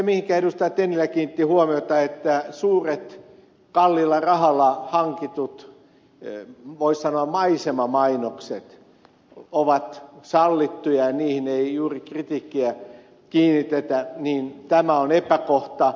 tennilä kiinnitti huomiota siihen että suuret kalliilla rahalla hankitut voisi sanoa maisemamainokset ovat sallittuja ja niihin ei juuri kritiikkiä kiinnitetä niin tämä on epäkohta